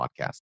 podcast